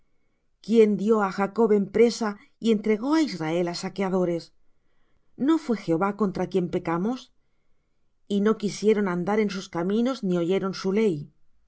quién dió á jacob en presa y entregó á israel á saqueadores no fué jehová contra quien pecamos y no quisieron andar en sus caminos ni oyeron su ley